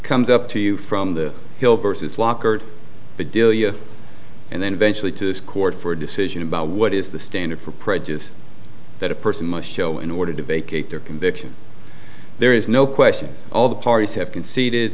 comes up to you from the hill versus locker but delia and then eventually to court for a decision about what is the standard for prejudice that a person must show in order to vacate their conviction there is no question all the parties have conceded